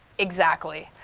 exactly.